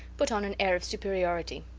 put on an air of superiority.